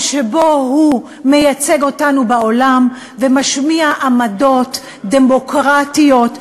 שבו הוא מייצג אותנו בעולם ומשמיע עמדות דמוקרטיות,